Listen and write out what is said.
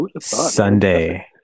sunday